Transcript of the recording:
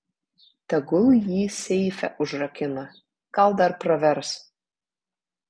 tegul jį seife užrakina gal dar pravers